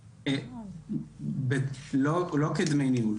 לא כדמי ניהול.